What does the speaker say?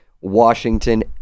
Washington